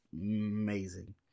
amazing